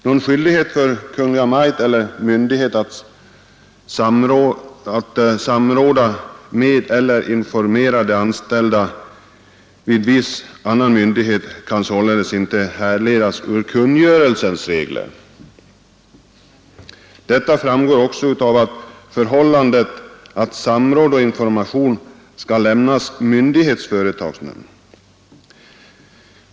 Någon skyldighet för Kungl. Maj:t eller myndighet att samråda med Cranskning av stats eller informera de anställda vid viss annan myndighet kan således inte rådens ämbetsutöv härledas ur kungörelsens regler. Detta framgår också av det förhållandet NE M. Mm. att samråd och information skall lämnas myndighets företagsnämnd.